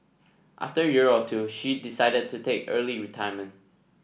after a year or two she decided to take early retirement